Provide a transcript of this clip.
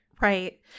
Right